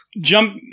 jump